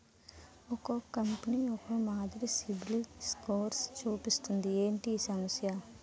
ఒక్కో కంపెనీ ఒక్కో మాదిరి సిబిల్ స్కోర్ చూపిస్తుంది ఏంటి ఈ సమస్య?